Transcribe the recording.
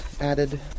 added